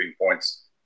Points